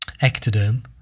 ectoderm